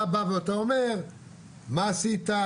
אתה בא ואומר מה עשית,